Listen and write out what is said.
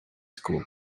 school